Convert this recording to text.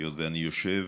היות שאני יושב